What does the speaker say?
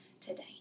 today